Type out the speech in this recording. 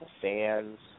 fans